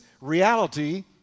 reality